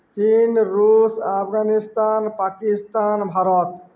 ଚୀନ୍ ଋଷ୍ ଆଫ୍ଗାନିସ୍ତାନ୍ ପାକିସ୍ତାନ୍ ଭାରତ